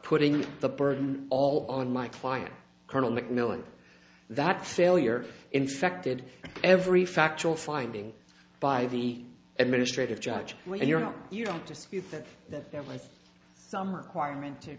putting the burden all on my client colonel mcmillan that failure infected every factual finding by the administrative judge when you're not you don't dispute that that there was some requirement to